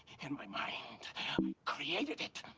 in my mind. i created it.